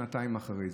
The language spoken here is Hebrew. שנתיים אחרי זה,